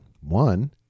One